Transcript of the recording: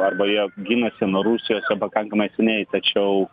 arba jie ginasi nuo rusijos pakankamai seniai tačiau